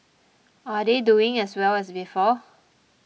are they doing as well as before